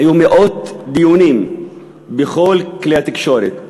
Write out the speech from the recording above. היו מאות דיונים בכל כלי התקשורת.